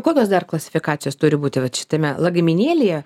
kokios dar klasifikacijos turi būti vat šitame lagaminėlyje